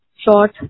short